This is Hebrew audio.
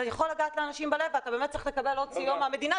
אתה יכול לגעת לאנשים בלב ואתה באמת צריך לקבל עוד סיוע מהמדינה,